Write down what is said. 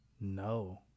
No